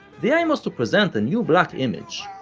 the aim was to present a new black image,